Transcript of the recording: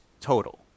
total